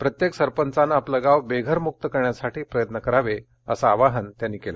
प्रत्येक सरपंचानं आपलं गाव बेघरमुक्त करण्यासाठी प्रयत्न करावे थसं आवाहन त्यांनी केलं